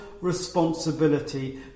responsibility